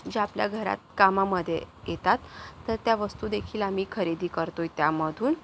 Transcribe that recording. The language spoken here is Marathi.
ज्या आपल्या घरात कामामध्ये येतात तर त्या वस्तू देखील आम्ही खरेदी करतो आहे त्यामधून